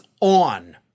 on